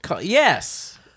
Yes